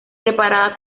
preparada